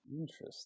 Interesting